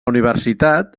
universitat